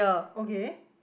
okay